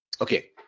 Okay